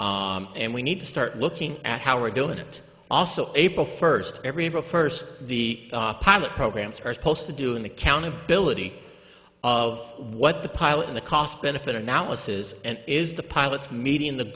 and we need to start looking at how are doing it also april first every april first the pilot programs are supposed to do an accountability of what the pilot in a cost benefit analysis and is the pilots meeting the